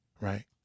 right